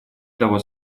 того